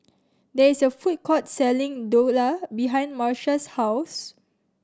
there is a food court selling Dhokla behind Marsha's house